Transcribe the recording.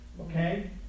Okay